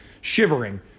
shivering